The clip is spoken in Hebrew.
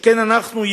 שכן אנחנו,